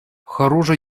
хӑрушӑ